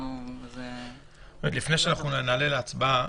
לפני שנעלה להצבעה,